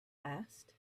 asked